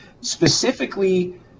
Specifically